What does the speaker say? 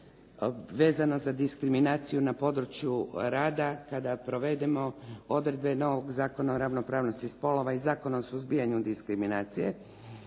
vezano za diskriminaciju na području rada kada provedemo odredbe novog Zakona o ravnopravnosti spolova i Zakona o suzbijanju diskriminacije